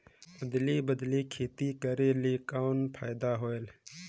अदली बदली खेती करेले कौन फायदा होयल?